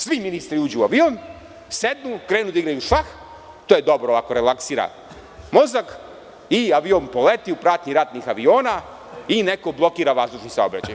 Svi ministri uđu u avion, sednu, krenu da igraju šah, to je dobro, relaksira mozak, avion poleti u pratnji ratnih aviona i neko blokira vazdušni saobraćaj.